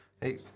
Hey